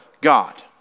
God